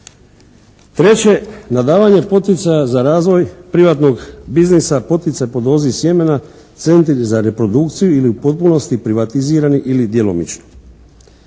na davanje poticaja za razvoj privatnog biznisa poticaj po dozi sjemena, centri za reprodukciju ili u potpunosti privatizirani ili djelomično.